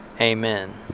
Amen